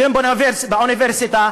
הם באוניברסיטה,